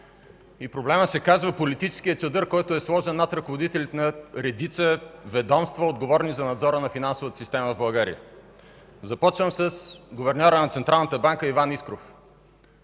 Проблемът се казва политическият чадър, който е сложен над ръководителите на редица ведомства, отговорни за надзора на финансовата система в България. Започвам с гуверньора на Централната банка Иван Искров